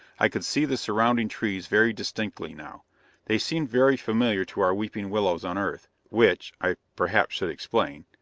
i could see the surrounding trees very distinctly now they seemed very similar to our weeping willows, on earth, which, i perhaps should explain,